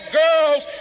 girls